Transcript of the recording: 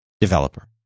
developer